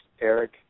Eric